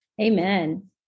Amen